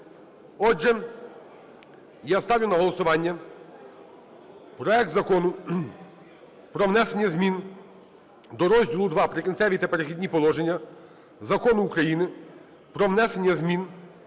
Отже, я ставлю на голосування проект Закону про внесення змін до розділу II "Прикінцеві та перехідні положення" Закону України "Про внесення змін